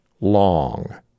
long